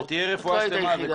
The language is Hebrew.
תודה רבה.